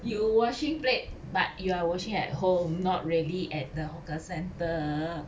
you washing plate but you are washing at home not really at the hawker centre